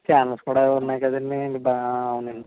channels కూడా ఉన్నాయి కదండీ బాగా అవునండి